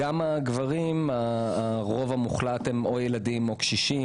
גם בקרב הגברים הרוב המוחלט הם ילדים או קשישים.